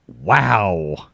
Wow